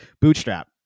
bootstrap